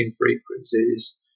frequencies